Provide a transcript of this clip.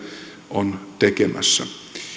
on tekemässä